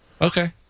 Okay